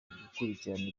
gukurikirana